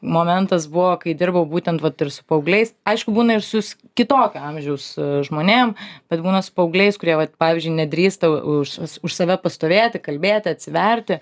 momentas buvo kai dirbau būtent vat ir su paaugliais aišku būna ir su kitokio amžiaus žmonėm bet būna su paaugliais kurie vat pavyzdžiui nedrįsta už už save pastovėti kalbėti atsiverti